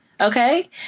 okay